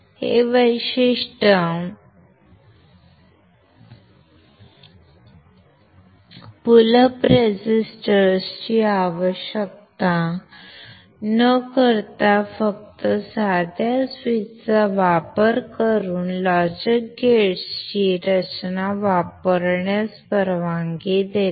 हे वैशिष्ट्य pull up रेझिस्टर्सची आवश्यकता न करता फक्त साध्या स्विचचा वापर करून लॉजिक गेट्सची रचना करण्यास परवानगी देते